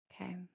Okay